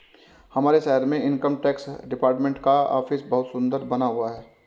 हमारे शहर में इनकम टैक्स डिपार्टमेंट का ऑफिस बहुत सुन्दर बना हुआ है